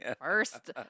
First